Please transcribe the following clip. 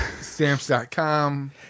Stamps.com